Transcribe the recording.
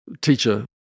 teacher